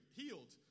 healed